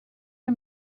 are